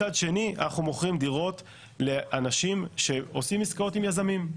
מצד שני אנחנו מוכרים דירות לאנשים שעושים עסקאות עם יזמים,